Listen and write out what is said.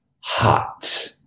hot